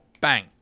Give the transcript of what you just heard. bang